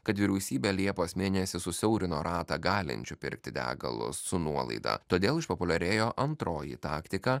kad vyriausybė liepos mėnesį susiaurino ratą galinčių pirkti degalus su nuolaida todėl išpopuliarėjo antroji taktika